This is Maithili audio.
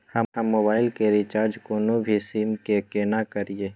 हम मोबाइल के रिचार्ज कोनो भी सीम के केना करिए?